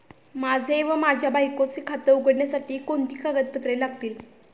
माझे व माझ्या बायकोचे खाते उघडण्यासाठी कोणती कागदपत्रे लागतील?